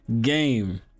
game